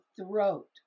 throat